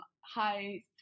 high